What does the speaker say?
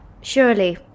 surely